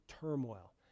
turmoil